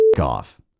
off